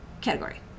category